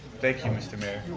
thank you, mr. mayor. you're